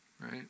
right